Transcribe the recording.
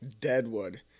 Deadwood